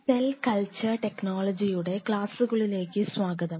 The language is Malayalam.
സെൽ കൾചർ ടെക്നോളജിയുടെ ക്ലാസുകളിലേക്ക് സ്വാഗതം